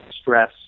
stress